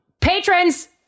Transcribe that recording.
patrons